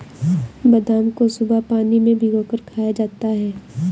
बादाम को सुबह पानी में भिगोकर खाया जाता है